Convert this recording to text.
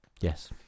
Yes